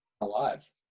alive